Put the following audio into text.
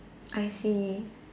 I see